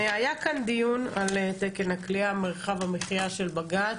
היה כאן דיון על תקן הכליאה, מרחב המחייה של בג"צ.